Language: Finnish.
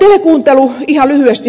telekuuntelusta ihan lyhyesti